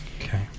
Okay